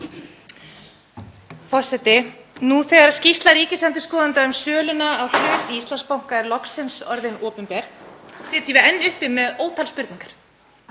Forseti. Nú þegar skýrsla ríkisendurskoðanda um söluna á hlut í Íslandsbanka er loksins orðin opinber sitjum við enn uppi með ótal spurningar.